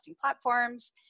platforms